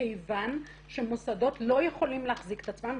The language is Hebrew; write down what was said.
מכוון שמוסדות לא יכולים להחזיק את עצמם,